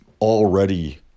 already